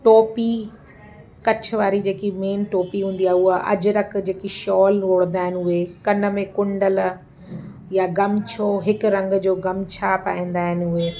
टोपी कच्छ वारी जेकी मेन टोपी हूंदी आहे उहा अजरक जेकी शॉल ओड़दा आहिनि उहे कन में कुंडल या गमछो हिक रंग जो गमछा पाईंदा आहिनि उहे